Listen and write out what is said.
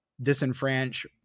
disenfranch